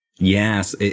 Yes